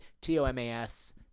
T-O-M-A-S